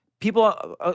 people